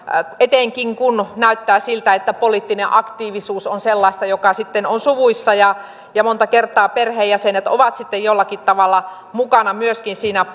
etenkin kun näyttää siltä että poliittinen aktiivisuus on sellaista joka on suvuissa monta kertaa perheenjäsenet ovat sitten jollakin tavalla mukana myöskin siinä